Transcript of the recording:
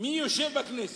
מי יושב בכנסת.